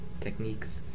techniques